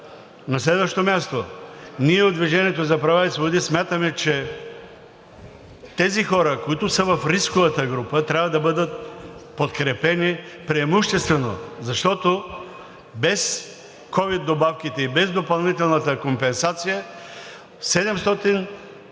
На следващо място, ние от „Движение за права и свободи“ смятаме, че тези хора, които са в рисковата група, трябва да бъдат подкрепени преимуществено, защото без ковид добавките и без допълнителната компенсация 782